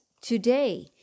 today